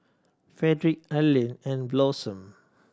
Fredrick Arlin and Blossom